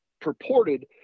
purported